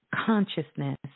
consciousness